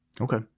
Okay